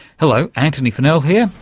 hello, antony funnell here,